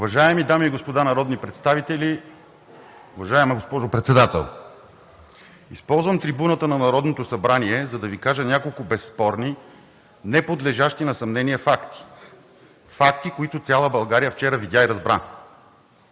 Уважаеми дами и господа народни представители, уважаема госпожо Председател! Използвам трибуната на Народното събрание, за да Ви кажа няколко безспорни, неподлежащи на съмнение факти, които цяла България вчера видя и разбра.